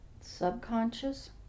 subconscious